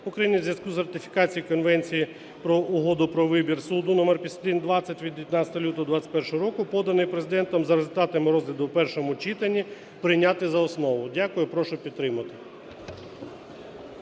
України у зв'язку з ратифікацією Конвенції про угоди про вибір суду (номер 5120) (від 19 лютого 2021 року) (поданий Президентом) за результатами розгляду у першому читанні прийняти за основу. Дякую і прошу підтримати.